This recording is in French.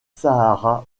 sahara